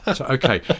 okay